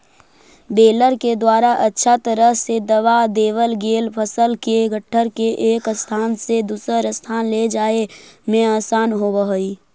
baler के द्वारा अच्छा तरह से दबा देवल गेल फसल के गट्ठर के एक स्थान से दूसर स्थान ले जाए में आसान होवऽ हई